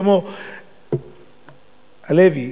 כמו הלוי,